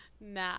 Nah